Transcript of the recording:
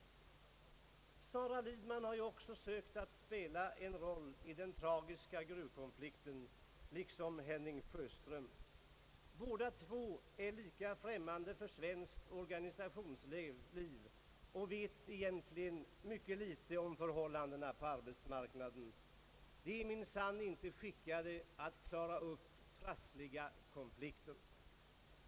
Sara Lidman har ju också sökt spela en roll i den tragiska gruvkonflikten, liksom Henning Sjöström. Båda två är lika främmande för svenskt organisationsliv och vet egentligen mycket litet om förhållandena på arbetsmarknaden. De är minsann inte lämpade för att klara upp trassliga konflikter.